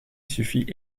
suffit